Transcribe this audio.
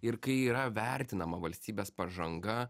ir kai yra vertinama valstybės pažanga